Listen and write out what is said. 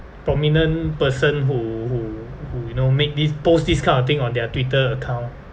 prominent person who who who you know make this post this kind of thing on their twitter account